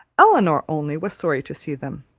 elinor only was sorry to see them.